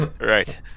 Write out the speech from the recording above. Right